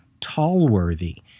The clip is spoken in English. Tallworthy